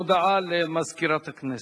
הודעה למזכירת הכנסת.